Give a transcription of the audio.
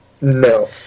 No